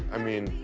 i mean,